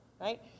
Right